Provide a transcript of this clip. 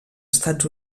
estats